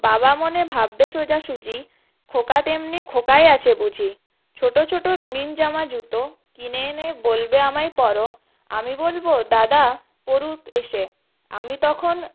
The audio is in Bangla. বাবা মনে ভাববে সোজাসুজি খোকা তেমনি খোকাই আছে বুঝি ছোটো ছোটো রঙিন জামা জুতো কিনে এনে বলবে আমায় পরো আমি বলবো দাদা পরুক এসে আমি তখন